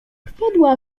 wpadła